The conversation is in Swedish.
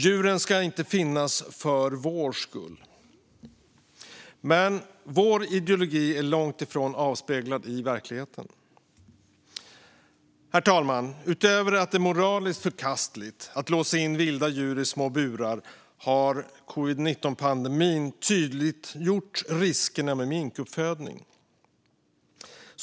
Djuren ska inte finnas för vår skull. Men vår ideologi är långt ifrån avspeglad i verkligheten. Herr talman! Utöver att det är moraliskt förkastligt att låsa in vilda djur i små burar har covid-19-pandemin tydliggjort riskerna med minkuppfödning.